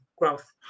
growth